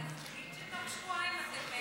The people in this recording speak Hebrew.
אז תגיד שבתוך שבועיים אתם מביאים.